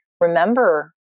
remember